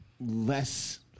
less